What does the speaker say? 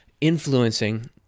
influencing